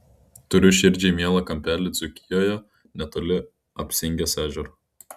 turiu širdžiai mielą kampelį dzūkijoje netoli apsingės ežero